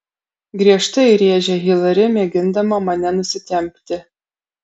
griežtai rėžia hilari mėgindama mane nusitempti